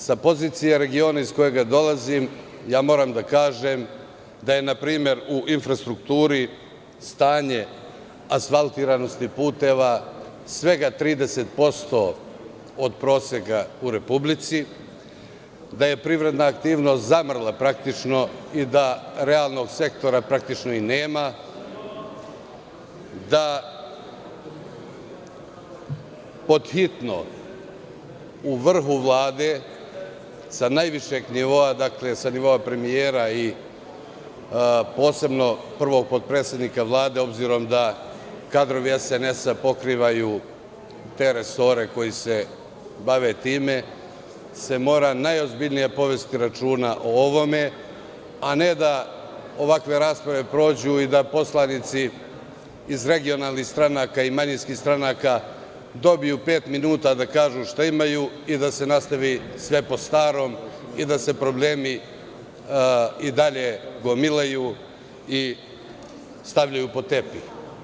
Sa pozicije regiona iz kojeg dolazim moram da kažem da je npr. u infrastrukturi stanje asfaltiranosti puteva svega 30% od proseka u Republici, da je privredna aktivnost praktično zamrla i da realnog sektora praktično i nema, da pod hitno u vrhu Vlade sa najvišeg nivoa, predsednika Vlade i posebno prvog potpredsednika Vlade, obzirom da kadrovi SNS pokrivaju te resore koji se bave time, se mora najozbiljnije povesti računa o ovome, a ne da ovakve rasprave prođu i da poslanici iz regionalnih stranaka i manjinskih stranaka dobiju pet minuta da kažu šta imaju i da se nastavi sve po starom i da se problemi i dalje gomilaju i stavljaju pod tepih.